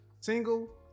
single